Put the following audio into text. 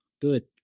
Good